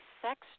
sex